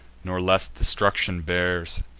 nor less destruction bears.